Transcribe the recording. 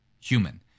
human